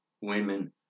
women